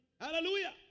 Hallelujah